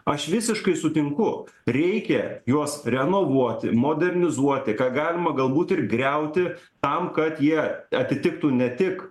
aš visiškai sutinku reikia juos renovuoti modernizuoti ką galima galbūt ir griauti tam kad jie atitiktų ne tik